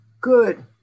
good